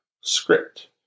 script